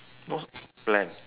no s~ blank